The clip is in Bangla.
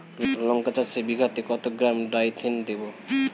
লঙ্কা চাষে বিঘাতে কত গ্রাম ডাইথেন দেবো?